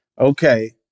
Okay